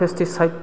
pesticide